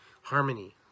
Harmony